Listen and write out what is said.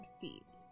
feet